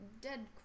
dead